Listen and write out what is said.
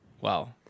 Wow